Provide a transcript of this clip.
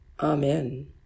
Amen